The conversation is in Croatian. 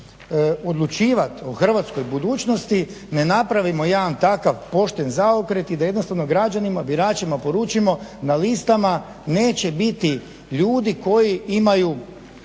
odlučivati o hrvatskoj budućnosti ne napravimo jedan takav pošten zaokret i da jednostavno građanima, biračima poručimo na listama neće biti ljudi koji imaju